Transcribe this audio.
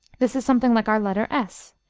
this is something like our letter s,